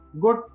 good